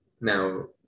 Now